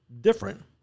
different